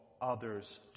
others